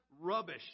Rubbish